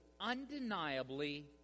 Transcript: undeniably